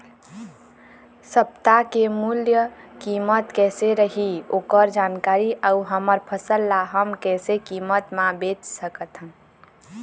सप्ता के मूल्य कीमत कैसे रही ओकर जानकारी अऊ हमर फसल ला हम कैसे कीमत मा बेच सकत हन?